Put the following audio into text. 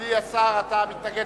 אדוני השר, אתה מתנגד